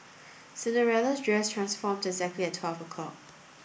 Cinderella's dress transformed exactly at twelve o' clock